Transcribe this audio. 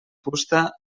fusta